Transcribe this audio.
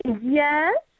Yes